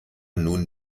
nun